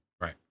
Right